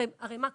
כי הרי מה קורה?